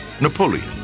Napoleon